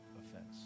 offense